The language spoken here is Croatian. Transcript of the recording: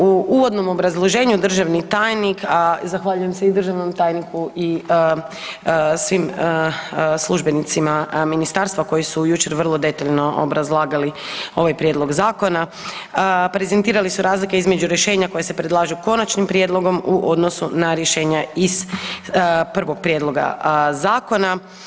U uvodnom obrazloženju državni tajnik, a zahvaljujem se i državnom tajniku i svim službenicima ministarstva koji su jučer vrlo detaljno obrazlagali ovaj prijedlog zakona, prezentirali su razlike između rješenja koja se predlažu konačnim prijedlogom u odnosu na rješenja iz prvog prijedloga zakona.